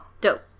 Dope